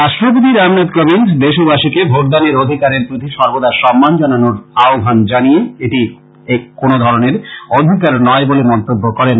রাষ্ট্রপতি রামনাথ কোবিন্দ দেশবাসীকে ভোটদানের অধিকারের প্রতি সবর্দা সম্মান জানানোর আহ্বান জানিয়ে এটি কোনো সাধারণ অধিকার নয় বলে মন্তব্য করেন